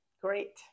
Great